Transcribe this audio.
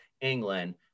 England